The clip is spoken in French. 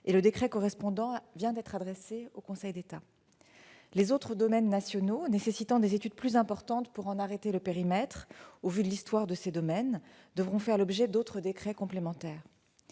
Le décret correspondant vient d'être adressé au Conseil d'État. Les autres domaines nationaux, nécessitant des études plus importantes pour en arrêter le périmètre au vu de leur histoire, devront faire l'objet de décrets complémentaires.